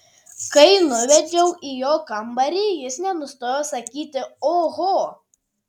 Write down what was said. kai nuvedžiau į jo kambarį jis nenustojo sakyti oho